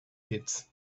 pits